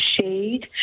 shade